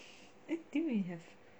didn't we have